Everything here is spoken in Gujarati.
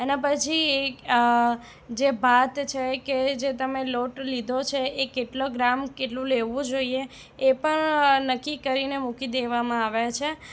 એના પછી જે ભાત છે કે જે તમે લોટ લીધો છે એ કેટલો ગ્રામ કેટલું લેવું જોઈએ એ પણ નક્કી કરીને મૂકી દેવામાં આવે છે